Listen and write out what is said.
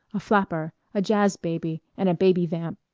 a flapper, a jazz-baby, and a baby vamp.